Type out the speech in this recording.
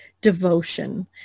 devotion